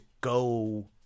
go